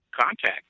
contact